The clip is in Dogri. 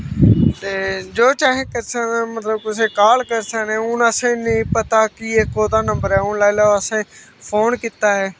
ते जो चाहे करी सकनें मतलब कुसै गी काल करी सकनें हून असें नेईं पता कि कोह्दा नम्बर ऐ हृून लाई लैओ असें फोन कीता ऐ